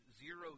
zero